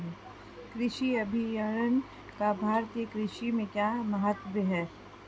कृषि अभियंत्रण का भारतीय कृषि में क्या महत्व है?